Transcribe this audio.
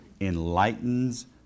enlightens